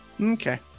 Okay